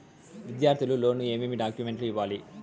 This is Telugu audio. విద్యార్థులు లోను ఏమేమి డాక్యుమెంట్లు ఇవ్వాలి?